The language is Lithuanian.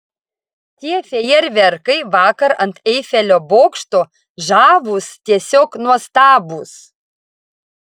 tie fejerverkai vakar ant eifelio bokšto žavūs tiesiog nuostabūs